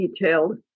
detailed